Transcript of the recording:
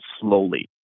slowly